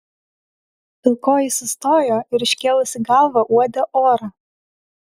pilkoji sustojo ir iškėlusi galvą uodė orą